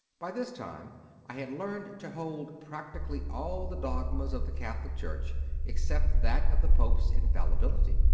by this time i had learned to hold practically all the dogmas of the catholic church except that of the pope s infallibility.